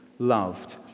loved